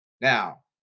now